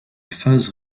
phase